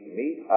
meet